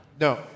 No